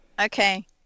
Okay